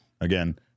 again